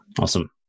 Awesome